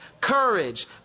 courage